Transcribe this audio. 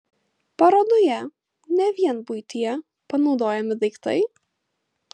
parodoje ne vien buityje panaudojami daiktai